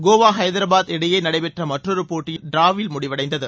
கோவா ஐதராபாத் இடையே நடைபெற்ற மற்றொரு போட்டி டிராவில் முடிவடைந்தது